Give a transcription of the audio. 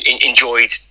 enjoyed